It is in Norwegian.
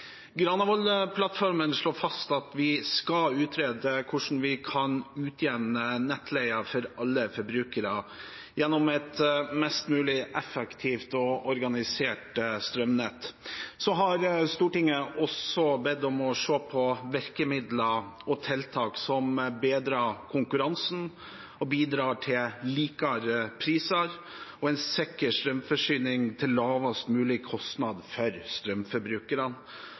slår fast at vi skal utrede hvordan vi kan utjevne nettleien for alle forbrukere gjennom et mest mulig effektivt organisert strømnett. Så har Stortinget også bedt oss om å se på virkemidler og tiltak som bedrer konkurransen, og som bidrar til likere priser og en sikker strømforsyning til lavest mulig kostnad for strømforbrukerne.